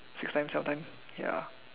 six time twelve time ya